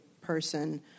person